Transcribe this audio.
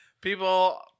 People